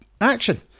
action